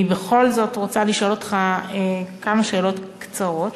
אני בכל זאת רוצה לשאול אותך כמה שאלות קצרות.